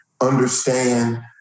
understand